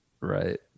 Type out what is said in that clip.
Right